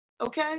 okay